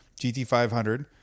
GT500